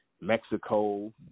Mexico